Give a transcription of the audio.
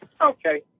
Okay